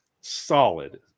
solid